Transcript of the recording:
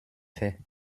fait